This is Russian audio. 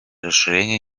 расширение